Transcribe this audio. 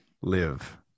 live